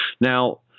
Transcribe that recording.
Now